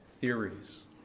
theories